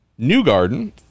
Newgarden